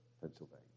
Pennsylvania